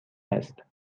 است